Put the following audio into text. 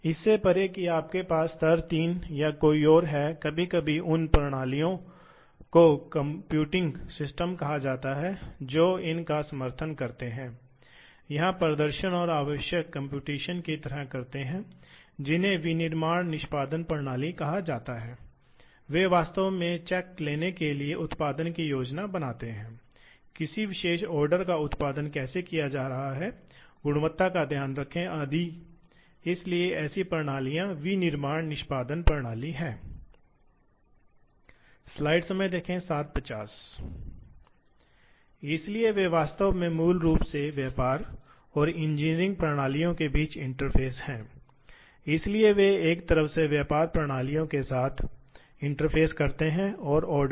इसलिए इस तरह के पैरामीटर आमतौर पर ऐसी मशीनों में सेट किए जाते हैं और स्वाभाविक रूप से आप समझ सकते हैं कि भले ही हम अगर आप बहुत अच्छी सतह खत्म करना चाहते हैं तो हमें आम तौर पर करना होगा हम कटौती की बहुत अधिक गहराई नहीं दे सकते हैं लेकिन मोटे कटौती के लिए हम कर सकते हैं त्वरित उत्पादन के लिए हम उच्च गहराई में कटौती और उच्च फ़ीड दे सकते हैं इसलिए स्वाभाविक रूप से आप स्टील जैसी धातु को निकाल रहे हैं इसलिए स्वाभाविक रूप से यह ड्राइव पर बहुत अधिक भार डालता है